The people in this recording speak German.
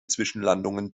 zwischenlandungen